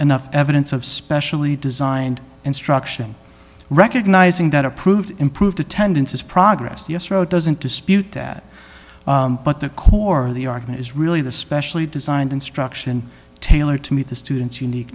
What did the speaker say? enough evidence of specially designed instruction recognising that approved improved attendances progress yes row doesn't dispute that but the core of the argument is really the specially designed instruction tailored to meet the student's unique